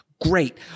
Great